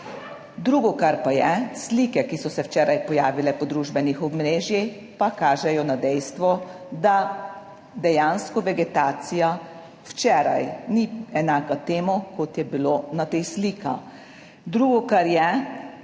Drugo, kar pa je, slike, ki so se včeraj pojavile po družbenih omrežjih, pa kažejo na dejstvo, da dejansko vegetacija včeraj ni enaka temu, kot je bilo na teh slikah. Drugo, kar je,